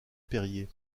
perier